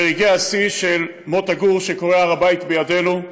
ורגעי השיא של מוטה גור, שקורא: "הר הבית בידינו"